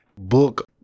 book